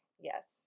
Yes